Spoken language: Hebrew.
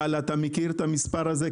גל, אתה מכיר את המספר הזה?